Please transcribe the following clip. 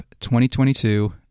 2022